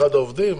אחד העובדים?